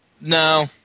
No